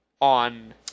on